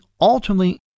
ultimately